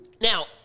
Now